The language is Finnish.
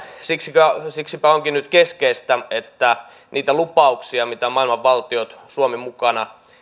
siksipä siksipä onkin keskeistä että niitä lupauksia mitä maailman valtiot ja suomi mukana